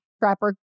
Trapper